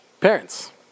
Parents